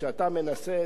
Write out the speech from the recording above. כשאתה מנסה,